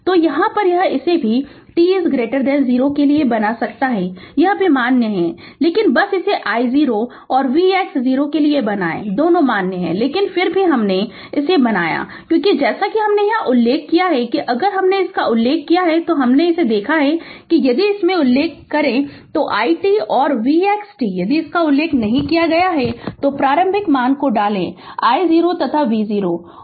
तो यह यहां भी इसे सभी t 0 के लिए बना सकता है यह भी मान्य है लेकिन बस इसे I0 और vx 0 के लिए बनाएं दोनों मान्य हैं लेकिन फिर भी मैंने हमने इसे बनाया है क्योंकि जैसा कि हमने यहां उल्लेख किया है अगर हमने इसका उल्लेख किया है तो हमने इसे देखा है यदि इसमें उल्लेख किया गया है तो i t और v x t है यदि इसका उल्लेख नहीं किया गया है फिर प्रारंभिक मान डालें कि I0 तथा v0